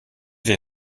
dir